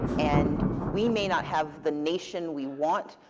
and we may not have the nation we want,